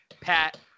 Pat